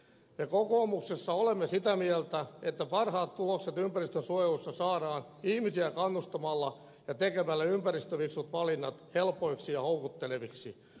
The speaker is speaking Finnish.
me kokoomuksessa olemme sitä mieltä että parhaat tulokset ympäristönsuojelussa saadaan ihmisiä kannustamalla ja tekemällä ympäristöfiksut valinnat helpoiksi ja houkutteleviksi